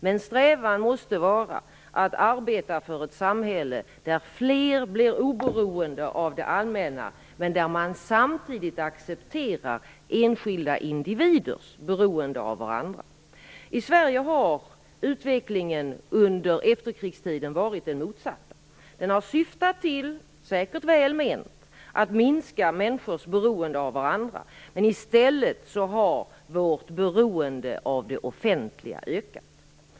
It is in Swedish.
Men strävan måste vara att arbeta för ett samhälle där fler blir oberoende av det allmänna, men där man samtidigt accepterar enskilda individers beroende av varandra. I Sverige har utvecklingen under efterkrigstiden varit den motsatta. Den har syftat till - säkert välment - att minska människors beroende av varandra. Men i stället har vårt beroende av det offentliga ökat.